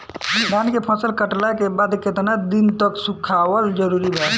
धान के फसल कटला के बाद केतना दिन तक सुखावल जरूरी बा?